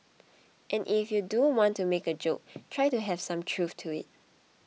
and if you do want to make a joke try to have some truth to it